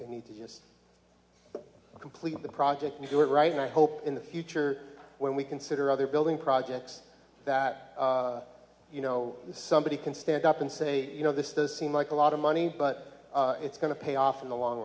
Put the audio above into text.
we need to just complete the project to do it right and i hope in the future when we consider other building projects that you know somebody can stand up and say you know this does seem like a lot of money but it's going to pay off in the long